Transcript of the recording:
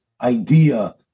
idea